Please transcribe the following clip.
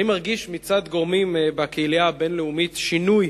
מצד גורמים בקהילייה הבין-לאומית שינוי